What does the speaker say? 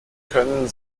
können